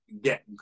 get